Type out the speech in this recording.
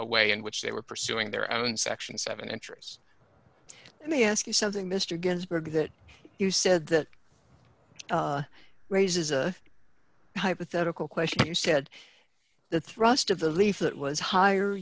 a way in which they were pursuing their own section seven entries and they ask you something mr ginsburg that you said that raises a hypothetical question you said the thrust of the leaflet was hi